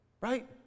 Right